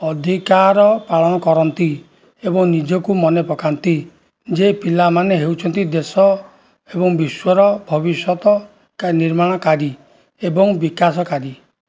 ଅଧିକାର ପାଳନ କରନ୍ତି ଏବଂ ନିଜକୁ ମନେ ପକାନ୍ତି ଯେ ପିଲାମାନେ ହେଉଛନ୍ତି ଦେଶ ଏବଂ ବିଶ୍ୱର ଭବିଷ୍ୟତ ନିର୍ମାଣକାରୀ ଏବଂ ବିକାଶକାରୀ